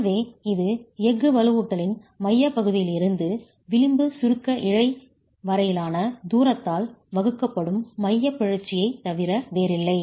எனவே இது எஃகு வலுவூட்டலின் மையப்பகுதியிலிருந்து விளிம்பு சுருக்க இழை வரையிலான தூரத்தால் வகுக்கப்படும் மையப் பிறழ்ச்சியை தவிர வேறில்லை